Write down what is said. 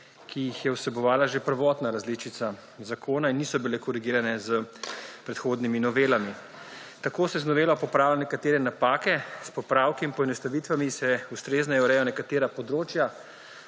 ki jih je vsebovala že prvotna različica zakona in niso bile korigirane s predhodnimi novelami. Tako se z novelo popravljajo nekatere napake. S popravki in poenostavitvami se ustrezneje urejajo nekatera področja,